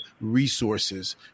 resources